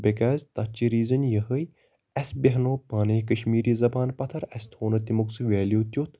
because تَتھ چھِ reason یِہے اسہِ بیٚہنو پانے کشمیٖری زَبان پَتھر اسہِ تھو نہٕ تمیُک سُہ ویلٮ۪و تیوٗت